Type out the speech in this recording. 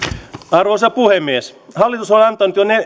arvoisa puhemies hallitus on antanut